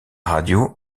radio